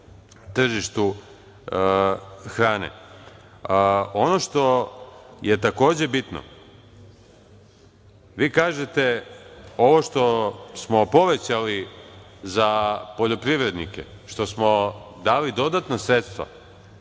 tržištu hrane. Ono što je takođe bitno, vi kažete da ovo što smo povećali za poljoprivrednike, što smo dali dodatna sredstva